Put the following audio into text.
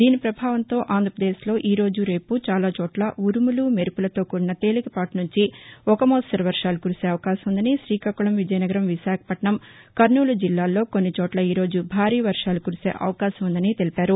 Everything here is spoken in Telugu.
దీని ప్రభావంతో ఆంధ్రప్రదేశ్లో ఈరోజు రేపు చాలాచోట్ల ఉరుములు మెరుపులతో కూడిన తేలికపాటి నుంచి ఒక మోస్తరు వర్వాలు కురిసే అవకాశం ఉందని శ్రీకాకుళం విజయనగరం విశాఖపట్టణం కర్నూలు జిల్లాల్లో కొన్నివోట్ల ఈరోజు భారీ వర్షాలు కురిసే అవకాశం ఉందని తెలిపారు